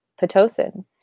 Pitocin